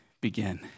begin